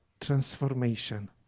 transformation